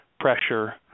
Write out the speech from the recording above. pressure